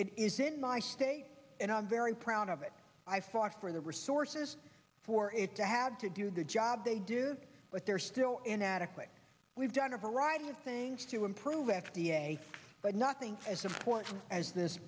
it is in my state and i'm very proud of it i fought for the resources for it to have to do the job they do but they're still inadequate we've done a variety of things to improve f d a but nothing as important as this